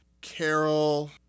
Carol